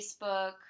Facebook